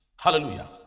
Hallelujah